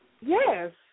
Yes